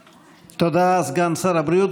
תודה, סגן שר הבריאות.